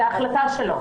זאת החלטה שלו.